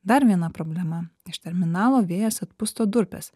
dar viena problema iš terminalo vėjas atpusto durpes